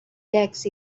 text